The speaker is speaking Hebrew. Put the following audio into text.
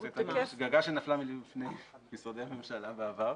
זו שגגה שנפלה במשרדי הממשלה בעבר.